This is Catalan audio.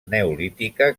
neolítica